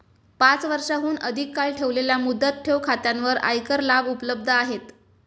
पाच वर्षांहून अधिक काळ ठेवलेल्या मुदत ठेव खात्यांवर आयकर लाभ उपलब्ध आहेत